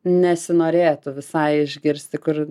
nesinorėtų visai išgirsti kur